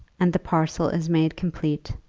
and the parcel is made complete,